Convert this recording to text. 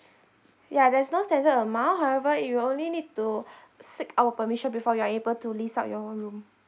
ya there's no standard amount however you will only need to seek our permission before you're able to lease out your own room